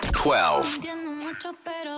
Twelve